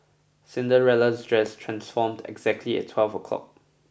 Cinderella's dress transformed exactly at twelve o'clock